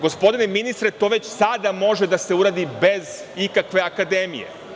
Gospodine ministre, to već sada može da se uradi bez ikakve akademije.